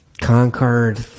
Concord